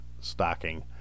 stocking